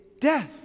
death